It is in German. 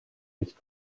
nicht